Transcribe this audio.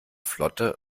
flotte